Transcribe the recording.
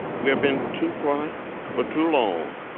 we have been too quiet for too long.